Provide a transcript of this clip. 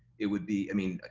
it would be, i mean,